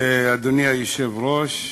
אדוני היושב-ראש,